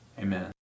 Amen